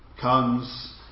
comes